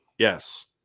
Yes